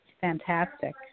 fantastic